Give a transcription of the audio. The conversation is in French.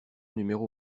numéro